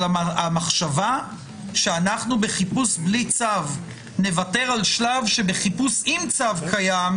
המחשבה שאנחנו בחיפוש בלי צו נוותר על שלב שבחיפוש עם צו קיים,